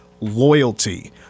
Loyalty